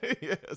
Yes